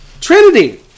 Trinity